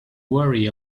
worry